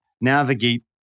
navigate